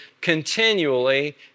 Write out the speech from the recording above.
continually